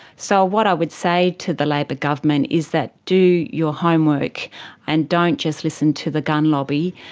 so what i would say to the labor government is that do your homework and don't just listen to the gun lobby,